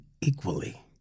equally